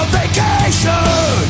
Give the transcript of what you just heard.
vacation